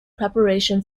preparation